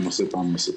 לנושא פעם נוספת.